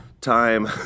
time